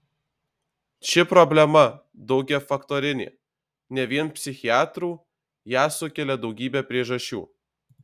ši problema daugiafaktorinė ne vien psichiatrų ją sukelia daugybė priežasčių